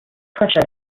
pressure